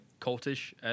cultish